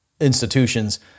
institutions